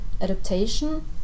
adaptation